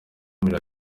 ariko